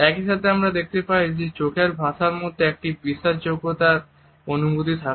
একই সাথে আমরা দেখতে পাই যে চোখের ভাষার মধ্যে একটি বিশ্বাসযোগ্যতার অনুভূতি থাকে